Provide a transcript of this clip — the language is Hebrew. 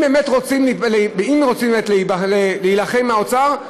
אם רוצים באמת להילחם באוצר,